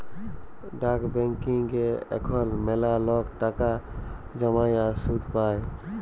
ডাক ব্যাংকিংয়ে এখল ম্যালা লক টাকা জ্যমায় আর সুদ পায়